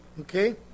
okay